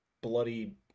bloody